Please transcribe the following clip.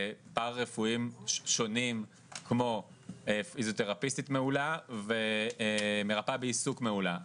פרה רפואיים שונים כמו פיזיותרפיסטית מעולה ומרפאה בעיסוק מעולה,